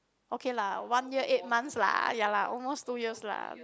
okay lah one year eight months lah ya lah almost two years lah